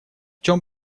чем